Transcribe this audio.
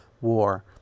War